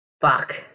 Fuck